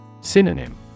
Synonym